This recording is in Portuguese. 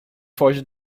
foge